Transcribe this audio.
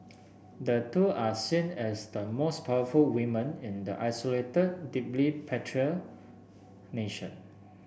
the two are seen as the most powerful women in the isolated deeply patriarchal nation